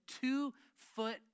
two-foot